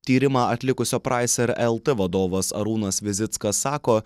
tyrimą atlikusio praiser lt vadovas arūnas vizickas sako